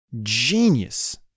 genius